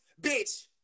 bitch